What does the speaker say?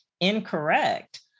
incorrect